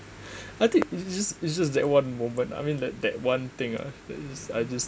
I think it's just it's just that one moment I mean like that one thing ah I just